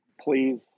please